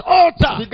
altar